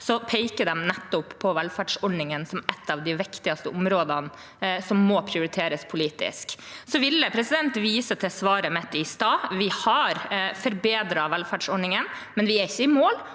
så peker de nettopp på velferdsordningene som et av de viktigste områdene som må prioriteres politisk. Så vil jeg vise til svaret mitt i sted. Vi har forbedret velferdsordningene, men vi er ikke i mål,